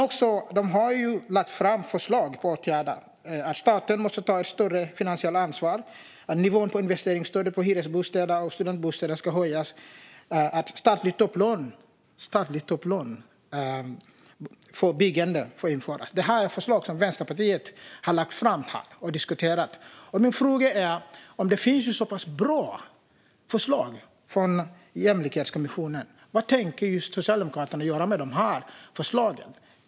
Kommissionen har också lagt fram förslag på åtgärder, nämligen att staten måste ta ett större finansiellt ansvar, att nivån på investeringsstödet för hyresbostäder och studentbostäder ska höjas och att det ska erbjudas ett statligt topplån för byggaktörer. Det här är förslag som Vänsterpartiet har lagt fram och diskuterat. Om det nu finns så pass bra förslag från Jämlikhetskommissionen, vad tänker Socialdemokraterna göra med förslagen?